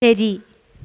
എരിവ്